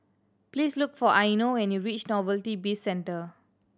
please look for Eino when you reach Novelty Bizcentre